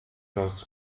das